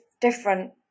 different